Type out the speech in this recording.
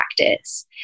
practice